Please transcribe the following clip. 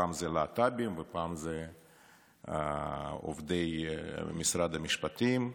פעם אלה להט"בים ופעם אלה עובדי משרד המשפטים,